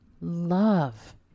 love